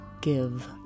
give